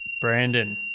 Brandon